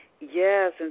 Yes